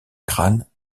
crâne